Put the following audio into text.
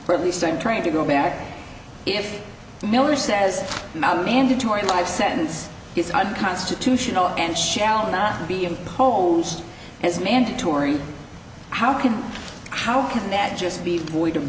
or at least i'm trying to go back if miller says mandatory life sentence is unconstitutional and shall not be imposed is mandatory how can how can that just be avoid